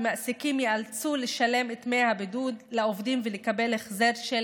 ומעסיקים ייאלצו לשלם את דמי הבידוד לעובדים ולקבל החזר מהמדינה של